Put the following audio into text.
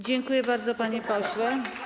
Dziękuję bardzo, panie pośle.